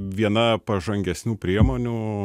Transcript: viena pažangesnių priemonių